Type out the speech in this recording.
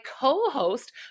co-host